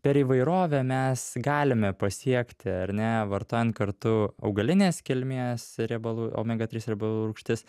per įvairovę mes galime pasiekti ar ne vartojant kartu augalinės kilmės riebalų omega trys riebalų rūgštis